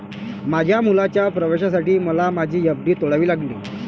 माझ्या मुलाच्या प्रवेशासाठी मला माझी एफ.डी तोडावी लागली